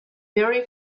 very